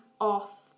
off